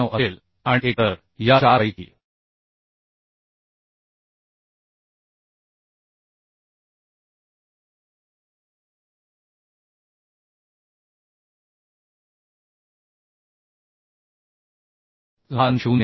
98असेल आणि 1 तर या 4 पैकी लहान 0